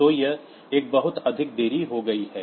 तो यह एक बहुत अधिक देरी हो गई है